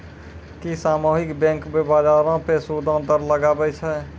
कि सामुहिक बैंक, बजारो पे सूदो दर लगाबै छै?